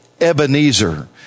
Ebenezer